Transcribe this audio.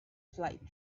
flight